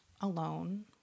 alone